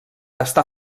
està